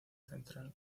central